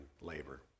labor